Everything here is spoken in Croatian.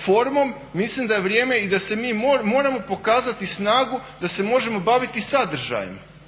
formom mislim da je vrijeme i da se mi moramo pokazati snagu da se možemo baviti sadržajem,